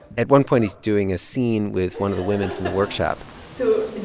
at one point, he's doing a scene with one of the women in the workshop so